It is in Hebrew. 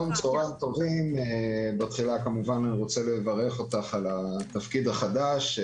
צהרים טובים, אני רוצה לברך אותך על התפקיד החדש.